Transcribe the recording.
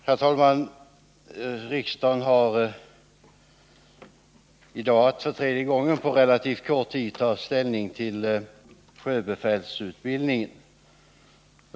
Herr tauuan! Riksdagen har i dag att för tredje gången på relativt kort tid ta ställning till sjöbefälsutbildningen.